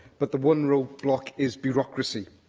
but the one roadblock is bureaucracy.